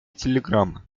телеграммы